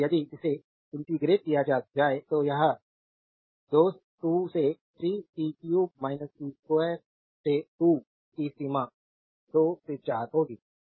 इसलिए यदि इसे इंटेग्रटे किया जाए तो यह 2 से 3 t 3 t 2 से 2 की सीमा 2 से 4 होगी